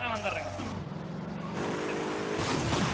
ஆ வந்தரடறங்க சரிங்க சரிங்க